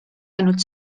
ainult